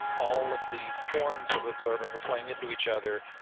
all of these forms of observing are playing into each other,